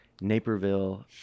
Naperville